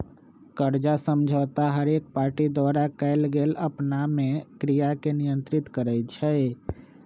कर्जा समझौता हरेक पार्टी द्वारा कएल गेल आपनामे क्रिया के नियंत्रित करई छै